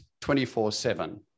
24-7